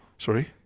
Sorry